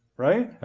right?